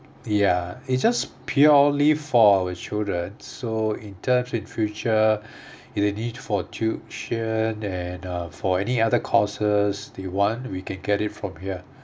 ya it's just purely for our children so in terms in future in the need for tuition and uh for any other courses they want we can get it from here